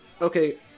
okay